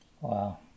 Wow